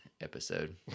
episode